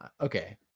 okay